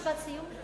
משפט סיום.